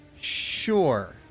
Sure